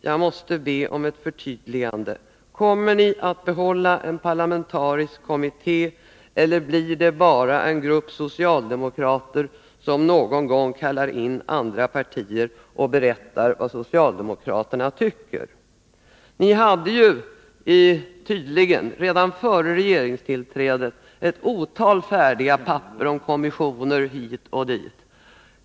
Jag måste be om ett förtydligande: Kommer ni att behålla en parlamentarisk kommitté eller blir det bara en grupp socialdemokrater, som någon gång kallar in andra partier och berättar vad socialdemokraterna tycker? Ni hade tydligen redan före regeringstillträdet ett antal välformulerade papper om kommittéer hit och dit.